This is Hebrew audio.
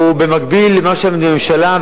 ובמקביל למה שהממשלה,